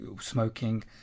smoking